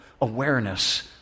awareness